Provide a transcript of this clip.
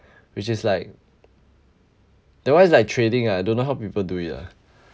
which is like that one is like trading ah don't know how people do it lah